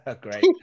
great